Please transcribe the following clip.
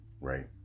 right